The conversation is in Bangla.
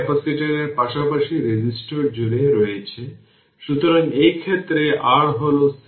আসুন দেখি কিভাবে জিনিসগুলি ঘটে এবং এই ভোল্টেজটি হল v তার মানে 01 ফ্যারাড ক্যাপাসিটর জুড়ে এটি R